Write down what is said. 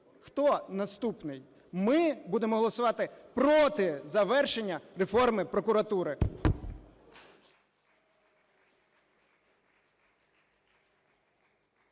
хто наступний? Ми будемо голосувати проти завершення реформи прокуратури.